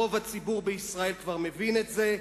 רוב הציבור בישראל כבר מבין את זה,